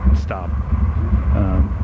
stop